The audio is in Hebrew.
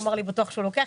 הוא בטוח לוקח אותי,